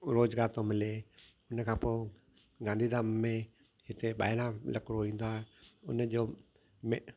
रोज़गार थो मिले इनखां पोइ गांधीधाम में हिते ॿाहिरां लकड़ो ईंदो आहे उन जंहिं में